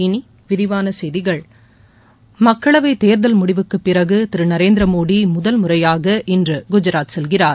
இனி விரிவான செய்திகள் மக்களவைத் தேர்தல் முடிவுக்கு பிறகு திரு நரேந்திர மோடி முதல்முறையாக இன்று குஜராத் செல்கிறார்